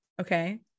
Okay